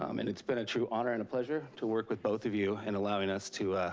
um and it's been a true honor and a pleasure to work with both of you, and allowing us to,